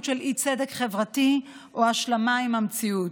לאי-צדק חברתי או השלמה עם המציאות,